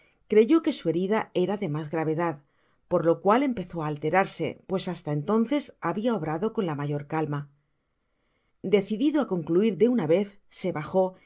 creyó que su herida era de mas gravedad por lo cual empezó á alterarse pues basta entonces habia obrado con la mayor calma decidido á concluir de una vez se bajó y